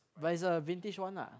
but it's a vintage one lah